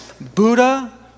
Buddha